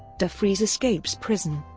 defreeze escapes prison